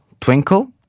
twinkle